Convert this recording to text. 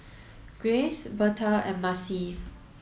Graves Betha and Marcie